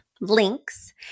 links